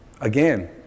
Again